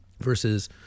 versus